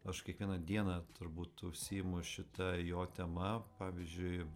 aš kiekvieną dieną turbūt užsiimu šita jo tema pavyzdžiui